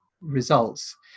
results